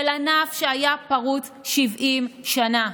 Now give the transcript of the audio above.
של ענף שהיה פרוץ 70 שנה.